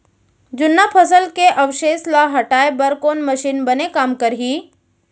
जुन्ना फसल के अवशेष ला हटाए बर कोन मशीन बने काम करही?